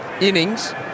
innings